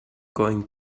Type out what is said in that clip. going